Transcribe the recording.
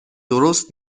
درست